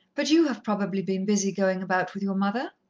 but you have probably been busy going about with your mother?